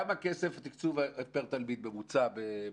מהו התקצוב פר תלמיד בממוצע בממלכתי?